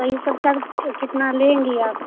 वही सब कर के कितना लेंगी आप